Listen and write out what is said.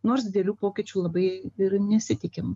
nors didelių pokyčių labai ir nesitikim